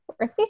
Right